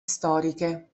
storiche